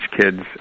kids